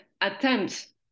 attempts